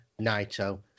Naito